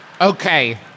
Okay